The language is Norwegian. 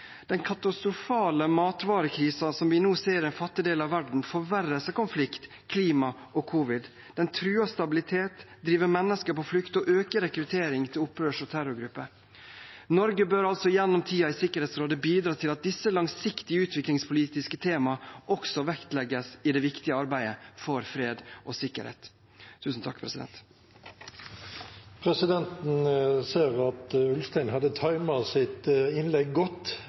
Den katastrofale matvarekrisen som vi nå ser i den fattige del av verden, forverres av konflikt, klima og covid. Den truer stabilitet, driver mennesker på flukt og øker rekruttering til opprørs- og terrorgrupper. Norge bør gjennom tiden i Sikkerhetsrådet bidra til at disse langsiktige utviklingspolitiske temaene også vektlegges i det viktige arbeidet for fred og sikkerhet. Presidenten ser at representanten Ulstein hadde timet sitt innlegg godt,